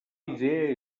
idea